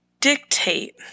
dictate